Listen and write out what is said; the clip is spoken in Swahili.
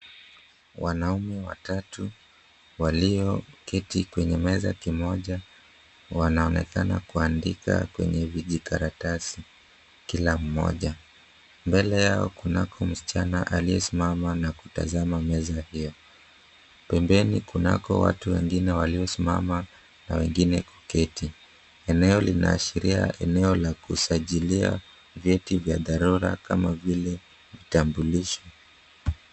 Wanaume watatu walioketi kwenye meza kimoja, wanaonekana kuandika kwenye vijikaratasi kila mmoja. Mbele yao kunako msichana aliyesimama na kutazama miezi hiyo. Pembeni kunako watu wengine waliosimama na wengine kuketi. Eneo linaashiria eneo la kusajiliwa vyeti vya dharura kama vile kitambulisho.